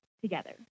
together